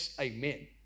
amen